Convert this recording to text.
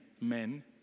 men